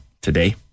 today